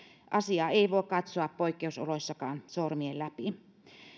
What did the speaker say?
asiaa ei voi katsoa poikkeusoloissakaan sormien läpi